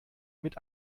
mit